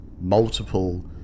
multiple